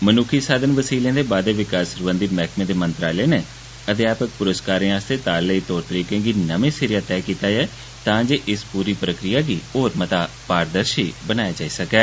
मनुक्खी साधन वसीलें दे बाद्दें विकास सरबंधी मैहकमें दे मंत्रालय नै अध्यापक पुरस्कारें आस्तै ताल लेई तौर तरीकें गी नमें सिरेआ तैय कीता ऐ तां जे इस पूरी प्रक्रिया गी होर मता पारदर्शी बनाया जाई सकै